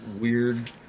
weird